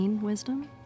wisdom